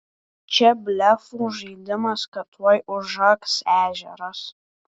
čia blefų žaidimas kad tuoj užaks ežeras